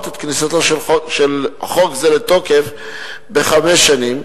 את כניסתו של חוק זה לתוקף בחמש שנים,